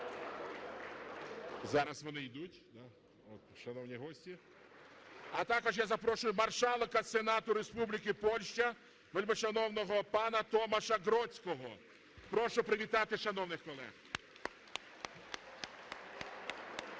(Зараз вони йдуть, шановні гості). А також я запрошую Маршалка Сенату Республіки Польща вельмишановного пана Томаша Гродзького. Прошу привітати шановних колег.